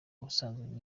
ubusanzwe